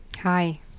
Hi